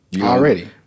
Already